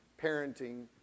Parenting